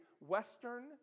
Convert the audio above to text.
Western